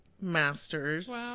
Masters